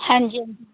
ਹਾਂਜੀ ਹਾਂਜੀ